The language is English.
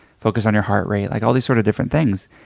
focus on your heart rate. like all these sort of different things.